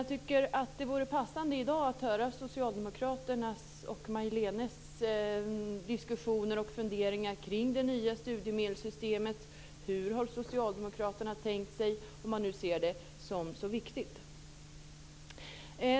Jag tycker att det vore passande att i dag få höra socialdemokraternas och Majléne Westerlund Pankes diskussioner och funderingar kring det nya studiemedelssystemet. Hur har socialdemokraterna tänkt sig det, om man ser det som så viktigt?